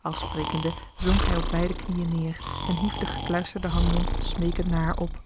al sprekende zonk hij op beide knieën neêr en hief de gekluisterde handen smeekend naar haar op